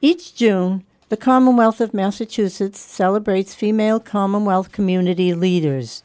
each june the commonwealth of massachusetts celebrates female commonwealth community leaders